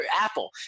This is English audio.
Apple